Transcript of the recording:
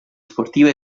sportiva